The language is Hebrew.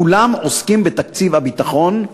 כולם עוסקים בתקציב הביטחון,